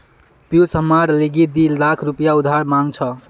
पियूष हमार लीगी दी लाख रुपया उधार मांग छ